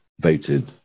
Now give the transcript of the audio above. voted